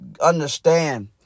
understand